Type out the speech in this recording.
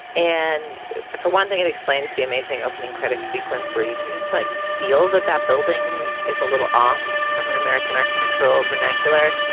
and for one thing, it explains the amazing opening credit sequence where you can just like feel that that building is a little off from an american architectural renan killer.